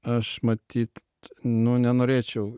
aš matyt nu nenorėčiau